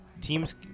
teams